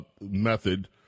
method